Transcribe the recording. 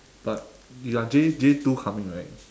but you are J J two coming right